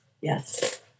Yes